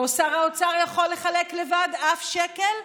לא שר האוצר יכול לחלק לבד אף שקל,